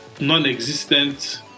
non-existent